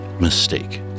mistake